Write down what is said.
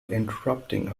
interrupting